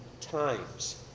times